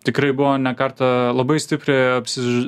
tikrai buvo ne kartą labai stipriai apsi